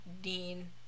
Dean